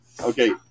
okay